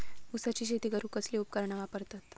ऊसाची शेती करूक कसली उपकरणा वापरतत?